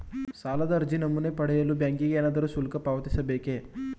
ಸಾಲದ ಅರ್ಜಿ ನಮೂನೆ ಪಡೆಯಲು ಬ್ಯಾಂಕಿಗೆ ಏನಾದರೂ ಶುಲ್ಕ ಪಾವತಿಸಬೇಕೇ?